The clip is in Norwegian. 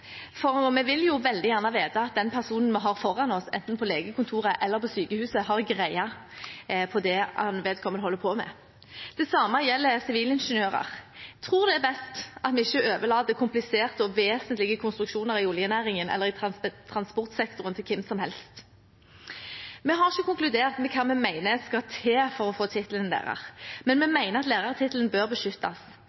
for vi vil jo veldig gjerne vite at den personen vi har foran oss, enten på legekontorer eller på sykehuset, har greie på det vedkommende holder på med. Det samme gjelder sivilingeniører. Jeg tror det er best at vi ikke overlater kompliserte og vesentlige konstruksjoner i oljenæringen eller i transportsektoren til hvem som helst. Vi har ikke konkludert med hva vi mener skal til for å få tittelen lærer, men vi